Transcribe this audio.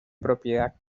propiedad